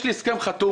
יש לי הסכם חתום